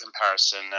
comparison